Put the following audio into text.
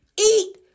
Eat